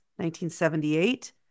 1978